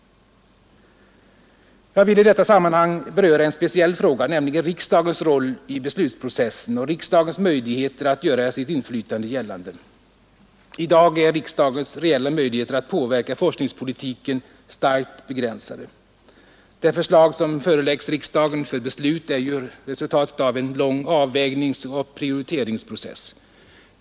Jag vill i detta sammanhang beröra en speciell fråga, nämligen riksdagens roll i beslutsprocessen och riksdagens möjligheter att göra sitt inflytande gällande. I dag är riksdagens reella möjligheter att påverka forskningspolitiken starkt begränsade. Det förslag som föreläggs riksdagen för beslut är ju resultatet av en lång avvägningsoch prioriteringsprocess.